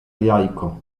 jajko